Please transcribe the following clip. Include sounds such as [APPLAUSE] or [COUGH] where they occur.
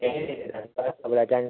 ए हुन्छ तपईँलाई [UNINTELLIGIBLE]